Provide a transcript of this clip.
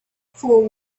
fore